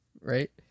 Right